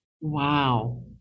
Wow